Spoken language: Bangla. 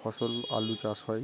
ফসল আলু চাষ হয়